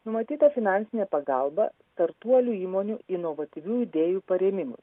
numatyta finansinė pagalba startuolių įmonių inovatyvių idėjų parėmimui